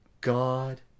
God